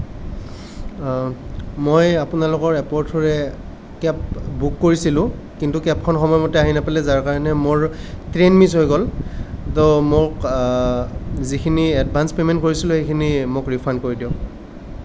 মই আপোনালোকৰ এপৰ থ্ৰৌৰে কেব বুক কৰিছিলোঁ কিন্তু কেবখন সময়মতে আহি নাপালে যাৰ কাৰণে মোৰ ট্ৰেইন মিছ হৈ গ'ল তৌ মোক যিখিনি এডভান্স পেমেণ্ট কৰিছিলোঁ সেইখিনি মোক ৰীফাণ্ড কৰি দিয়ক